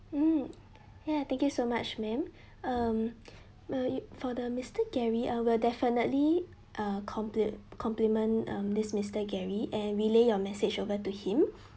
mm ya thank you so much madam um for the mister gary I will definitely uh compli~ compliment um this mister gary and relay your message over to him